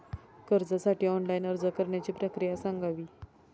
कर्जासाठी ऑनलाइन अर्ज करण्याची प्रक्रिया सांगावी